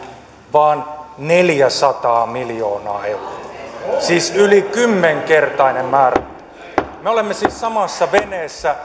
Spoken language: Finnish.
vaan neljäsataa miljoonaa euroa siis yli kymmenkertainen määrä me olemme siis samassa veneessä